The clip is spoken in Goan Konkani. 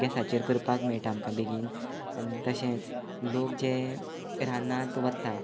गॅसाचेर करपाक मेळटा आमकां बेगीन आनी तशेंच लोक जे रानांत वता